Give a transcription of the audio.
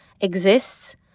exists